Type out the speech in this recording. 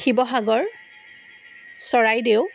Sivasagar Charaideo